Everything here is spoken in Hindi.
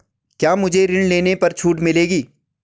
क्या मुझे ऋण लेने पर छूट मिलेगी?